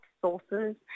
sources